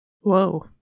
Whoa